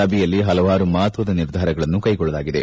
ಸಭೆಯಲ್ಲಿ ಹಲವಾರು ಮಹತ್ವದ ನಿರ್ಧಾರಗಳನ್ನು ಕೈಗೊಳ್ಳಲಾಗಿದೆ